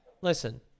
listen